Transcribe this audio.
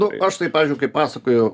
nu aš tai pavyzdžiui kaip pasakojau